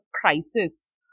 crisis